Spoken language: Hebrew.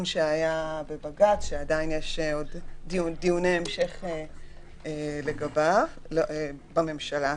שהיה בבג"ץ ועדיין יש עוד דיוני המשך לגביו בממשלה.